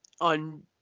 on